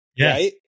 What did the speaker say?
right